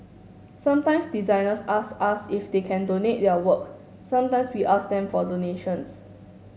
sometimes designers ask us if they can donate their work sometimes we ask them for donations